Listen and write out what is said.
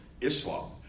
Islam